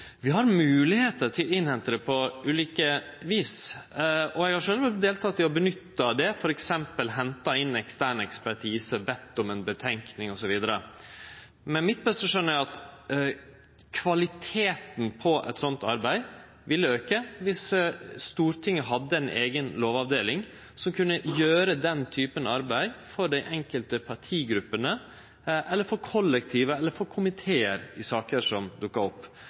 på ulike vis. Eg har sjølv vore med på det, f.eks. ved å hente inn ekstern ekspertise, bedt om ei utgreiing osv. Men mitt beste skjøn er at kvaliteten på eit slikt arbeid vil auke om Stortinget hadde ei eiga lovavdeling som kunne gjere den typen arbeid for dei enkelte partigruppene, for kollektivet eller for komiteane i saker som dukkar opp.